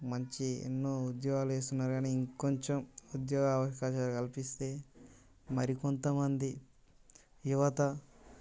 మంచి ఎన్నో ఉద్యోగాలు ఇస్తున్నారు కానీ ఇంకొంచెం ఉద్యోగ అవకాశాలు కల్పిస్తే మరి కొంతమంది యువత